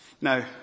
Now